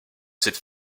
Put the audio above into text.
cette